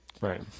Right